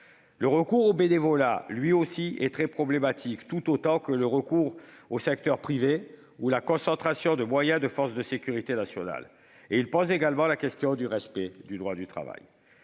Le recours au bénévolat est, lui aussi, très problématique, tout autant que le recours au secteur privé ou la concentration des moyens des forces de sécurité nationale, qui posent également la question du respect du droit du travail.